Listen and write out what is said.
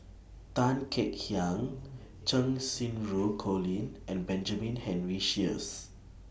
Tan Kek Hiang Cheng Xinru Colin and Benjamin Henry Sheares